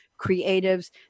creatives